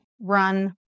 Run